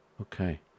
Okay